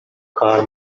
car